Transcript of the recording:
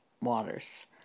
waters